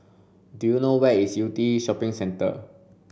do you know where is Yew Tee Shopping Centre